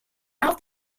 out